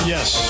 Yes